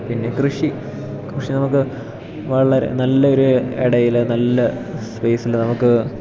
പിന്നെ കൃഷി കൃഷി നമുക്ക് വളരെ നല്ലൊരു ഇടയിൽ നല്ല സ്പേസിൽ നമുക്ക്